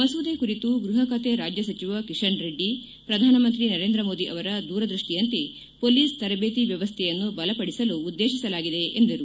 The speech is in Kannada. ಮಸೂದೆ ಕುರಿತು ಗೃಪ ಖಾತೆ ರಾಜ್ಯ ಸಚಿವ ಕಿಶನ್ ರೆಡ್ಡಿ ಪ್ರಧಾನಮಂತ್ರಿ ನರೇಂದ್ರ ಮೋದಿ ಅವರ ದೂರದೃಷ್ಷಿಯಂತೆ ಮೊಲೀಸ್ ತರಬೇತಿ ವ್ಚವಸ್ಥೆಯನ್ನು ಬಲಪಡಿಸಲು ಉದ್ದೇಶಿಸಲಾಗಿದೆ ಎಂದರು